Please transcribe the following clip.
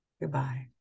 Goodbye